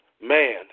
man